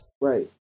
Right